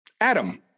Adam